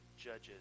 judges